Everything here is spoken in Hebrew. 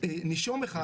נישום אחד,